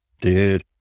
Dude